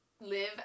live